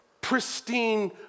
pristine